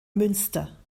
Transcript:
münster